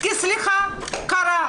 "סליחה, קרה".